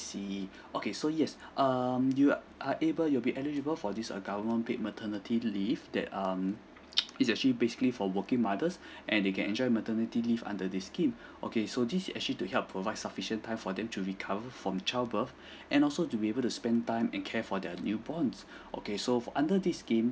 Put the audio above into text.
I see okay so yes um you are able you'll be eligible for this err government paid maternity leave that um it's actually basically for working mothers and they can enjoy maternity leave under this scheme okay so this actually to help provide sufficient time for them to recover from child birth and also to be able to spend time and care for their newborn okay so for under this scheme